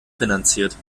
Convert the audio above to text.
finanziert